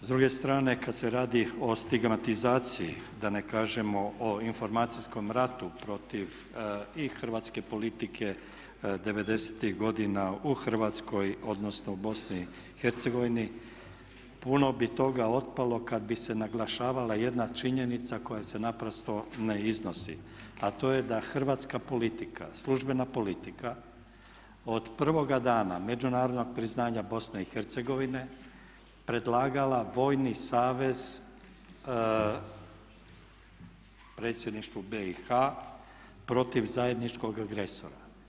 S druge strane, kad se radi o stigmatizaciji, da ne kažemo o informacijskom ratu protiv i hrvatske politike 90.tih godina u Hrvatskoj odnosno u Bosni i Hercegovini puno bi toga otpalo kad bi se naglašavala jedna činjenica koja se naprosto ne iznosi, a to je da hrvatska politika službena politika od prvoga dana međunarodnog priznanja Bosne i Hercegovine predlagala vojni savez predsjedništvu BIH protiv zajedničkog agresora.